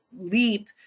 leap